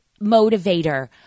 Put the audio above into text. motivator